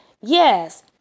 yes